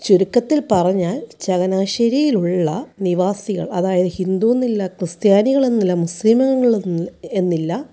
ചുരുക്കത്തിൽ പറഞ്ഞാൽ ചങ്ങനാശ്ശേരിയിലുള്ള നിവാസികൾ അതായത് ഹിന്ദു എന്നില്ല ക്രിസ്ത്യാനികൾ എന്നില്ല മുസ്ലിമുകൾ എന്ന് എന്നില്ല